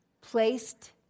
placed